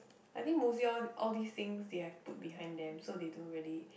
I think mostly all all these things they have put behind them so they don't really